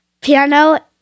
piano